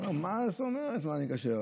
הוא אומר: מה זאת אומרת אם אני כשר,